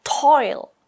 toil